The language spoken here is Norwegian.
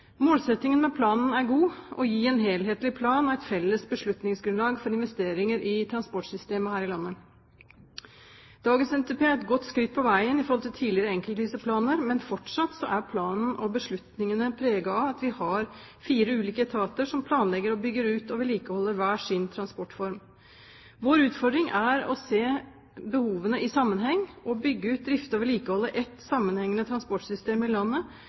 Målsettingen med planen er god og gir en helhetlig plan og et felles beslutningsgrunnlag for investeringer i transportsystemet her i landet. Dagens NTP er et godt skritt på veien i forhold til tidligere enkeltvise planer, men fortsatt er planen og beslutningene preget av at vi har fire ulike etater som planlegger, bygger ut og vedlikeholder hver sin transportform. Vår utfordring er å se behovene i sammenheng og å bygge ut, drifte og vedlikeholde et sammenhengende transportsystem i landet,